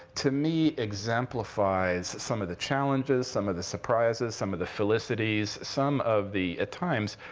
to me, exemplifies some of the challenges, some of the surprises, some of the felicities, some of the, at times,